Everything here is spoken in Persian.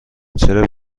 چرا